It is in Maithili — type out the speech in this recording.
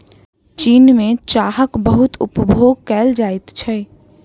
चीन में चाहक बहुत उपभोग कएल जाइत छै